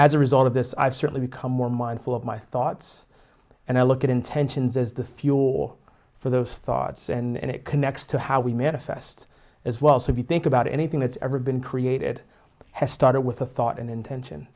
as a result of this i've certainly become more mindful of my thoughts and i look at intentions as the fuel for those thoughts and it connects to how we manifest as well so if you think about anything that's ever been created has started with a thought and intention